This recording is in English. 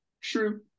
true